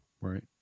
Right